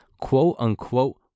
quote-unquote